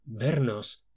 vernos